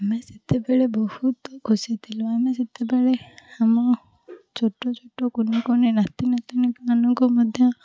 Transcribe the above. ଆମେ ସେତେବେଳେ ବହୁତ ଖୁସିଥିଲୁ ଆମେ ସେତେବେଳେ ଆମ ଛୋଟ ଛୋଟ କୁନି କୁନି ନାତି ନାତୁଣୀମାନଙ୍କୁ ମଧ୍ୟ